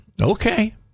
Okay